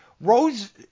Rose